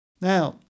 Now